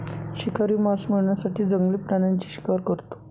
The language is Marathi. शिकारी मांस मिळवण्यासाठी जंगली प्राण्यांची शिकार करतो